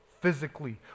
physically